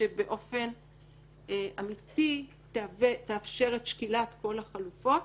שבאופן אמתי תאפשר את שקילת כל החלופות.